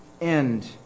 end